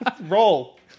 Roll